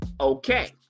Okay